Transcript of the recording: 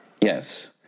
Yes